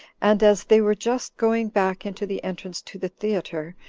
and as they were just going back into the entrance to the theater,